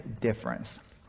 difference